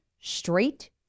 straight